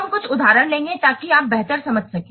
हम कुछ उदाहरण लेंगे ताकि आप बेहतर समझ सकें